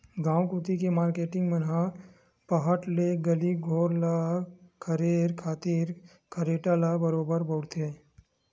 गांव कोती के मारकेटिंग मन ह पहट ले गली घोर ल खरेरे खातिर खरेटा ल बरोबर बउरथे